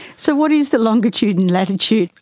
so what is the longitude and latitude?